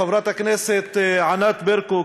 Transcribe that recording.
חברת הכנסת ענת ברקו,